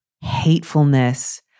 hatefulness